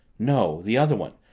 no, the other one.